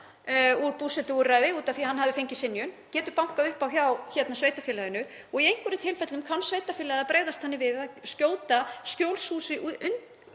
úr búsetuúrræði af því að hann hafði fengið synjun. Viðkomandi getur bankað upp á hjá sveitarfélaginu og í einhverjum tilfellum kann sveitarfélagið að bregðast þannig við að skjóta skjólshúsi